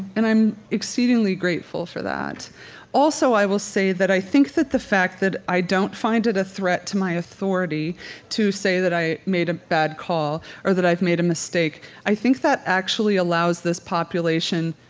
and i'm exceedingly grateful for that also, i will say that i think that the fact that i don't find it a threat to my authority to say that i've made a bad call or that i've made a mistake, i think that actually allows this population